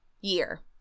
year